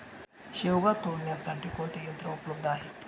शेवगा तोडण्यासाठी कोणते यंत्र उपलब्ध आहे?